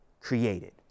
created